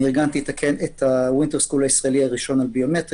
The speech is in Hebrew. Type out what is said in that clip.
ארגנתי את ה- -- הישראלי הראשון הביומטרי.